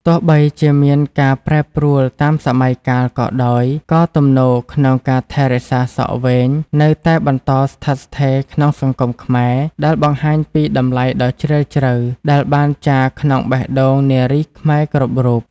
ទោះបីជាមានការប្រែប្រួលតាមសម័យកាលក៏ដោយ ក៏ទំនោរក្នុងការថែរក្សាសក់វែងនៅតែបន្តស្ថិតស្ថេរក្នុងសង្គមខ្មែរ ដែលបង្ហាញពី តម្លៃដ៏ជ្រាលជ្រៅ ដែលបានចារក្នុងបេះដូងនារីខ្មែរគ្រប់រូប។